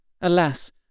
Alas